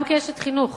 גם כאשת חינוך